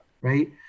right